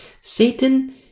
Satan